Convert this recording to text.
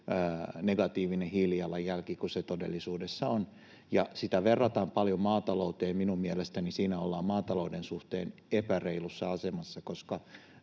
negatiivinen hiilijalanjälki kuin se todellisuudessa on, ja sitä verrataan paljon maatalouteen. Minun mielestäni siinä ollaan maatalouden suhteen epäreilussa asemassa, koska